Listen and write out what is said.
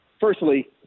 firstly